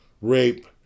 rape